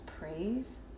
praise